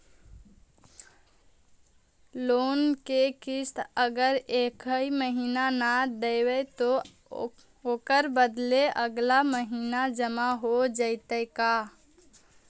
Loan के किस्त अगर एका महिना न देबै त ओकर बदले अगला महिना जमा हो जितै का?